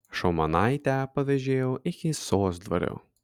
šaumanaitę pavėžėjau iki sosdvario